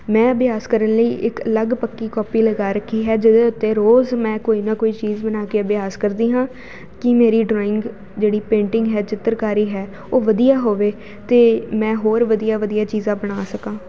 ਮੈਂ ਅਭਿਆਸ ਕਰਨ ਲਈ ਇੱਕ ਅਲੱਗ ਪੱਕੀ ਕੋਪੀ ਲਗਾ ਰੱਖੀ ਹੈ ਜਿਹਦੇ ਉੱਤੇ ਰੋਜ਼ ਮੈਂ ਕੋਈ ਨਾ ਕੋਈ ਚੀਜ਼ ਬਣਾ ਕੇ ਅਭਿਆਸ ਕਰਦੀ ਹਾਂ ਕਿ ਮੇਰੀ ਡਰਾਇੰਗ ਜਿਹੜੀ ਪੇਂਟਿੰਗ ਹੈ ਚਿੱਤਰਕਾਰੀ ਹੈ ਉਹ ਵਧੀਆ ਹੋਵੇ ਅਤੇ ਮੈਂ ਹੋਰ ਵਧੀਆ ਵਧੀਆ ਚੀਜ਼ਾਂ ਬਣਾ ਸਕਾਂ